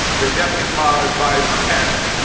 they're definitely caused by a pest,